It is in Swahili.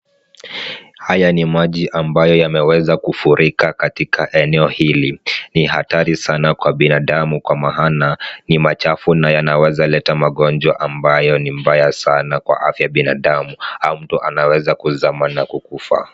Haya ni maji ambayo yameweza kufurika katika eneo hili. Ni hatari sana kwa binadamu kwa maana ni machafu na yanaweza leta magonjwa ambayo ni mbaya sana kwa afya ya binadamu, au mtu anaweza kuzama na kukufa.